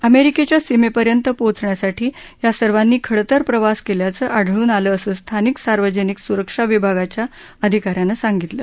अमेरिकेच्या सीमेपर्यंत पोचण्यासाठी या सर्वांनी खडतर प्रवास केल्याचं आढळून आलं असं स्थानिक सार्वजनिक सुरक्षा विभागाच्या आधिकाऱ्यानं सांगितलं